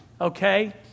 okay